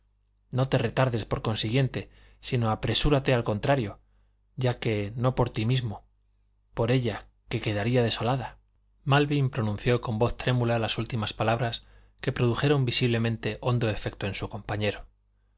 no te retardes por consiguiente sino apresúrate al contrario ya que no por ti mismo por ella que quedaría desolada malvin pronunció con voz trémula las últimas palabras que produjeron visiblemente hondo efecto en su compañero